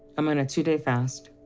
i'm on a two-day fast,